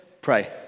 pray